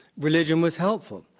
religion was helpful,